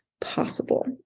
possible